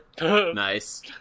Nice